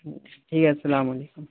اچھا ٹھیک ہے السلام علیکم